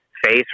face